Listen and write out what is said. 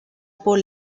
por